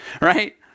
right